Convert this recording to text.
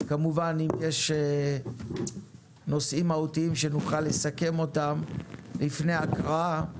כמובן אם יש נושאים מהותיים שנוכל לסכם אותם לפני ההקראה,